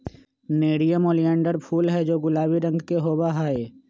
nerium oleander फूल हैं जो गुलाबी रंग के होबा हई